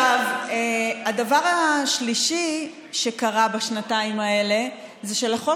הדבר השלישי שקרה בשנתיים האלה זה שלחוק